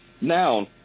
Noun